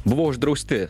buvo uždrausti